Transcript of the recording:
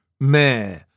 meh